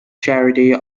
charity